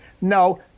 no